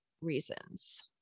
reasons